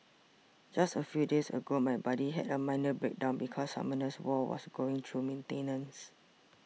just a few days ago my buddy had a minor breakdown because Summoners War was going through maintenance